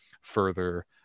further